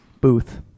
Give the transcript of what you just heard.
Booth